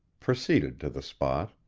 proceeded to the spot.